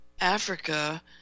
Africa